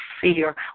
fear